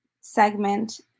segment